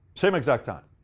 same exact time.